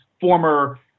former